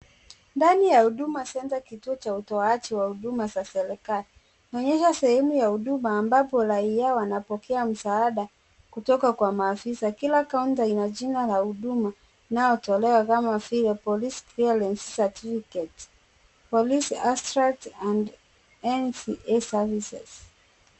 Ndani ya Huduma Center kituo cha utoaji wa huduma za serikali inaonyesha sehemu ya huduma ambapo raia wanapokea msaada kutoka kwa maafisa. Kila counter ina jina la huduma inayotolewa kama vile police clearence certificate, police abstract and NCA services .